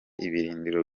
ibirindiro